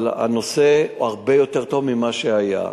אבל הנושא הרבה יותר טוב ממה שהיה.